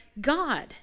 God